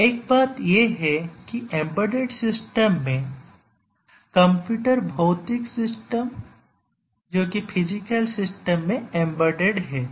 तो एक बात यह है कि एम्बेडेड सिस्टम में कंप्यूटर भौतिक सिस्टम में एम्बेडेड है